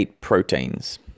proteins